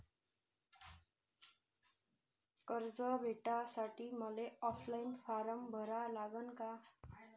कर्ज भेटासाठी मले ऑफलाईन फारम भरा लागन का?